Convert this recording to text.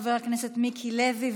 חבר הכנסת מיקי לוי,